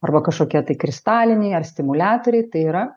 arba kažkokie tai kristaliniai ar stimuliatoriai tai yra